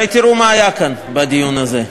הרי תראו מה היה כאן בדיון הזה: